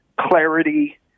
clarity